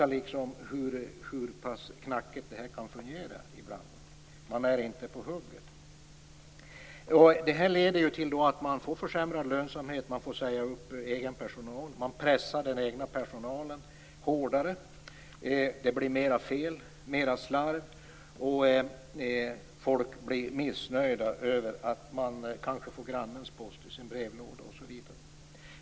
Det visar hur pass knackigt det kan fungera ibland. Man är inte på hugget. Det här leder till att man får försämrad lönsamhet. Man får säga upp egen personal. Man pressar den egna personalen hårdare. Det blir mer fel, mer slarv, och folk blir missnöjda över att de kanske får grannens post i sin brevlåda.